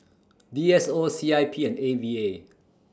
D S O C I P and A V A